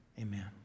Amen